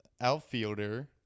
Outfielder